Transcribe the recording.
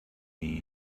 men